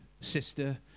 sister